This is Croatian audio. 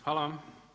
Hvala vam.